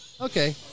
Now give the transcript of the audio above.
Okay